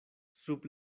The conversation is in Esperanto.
sub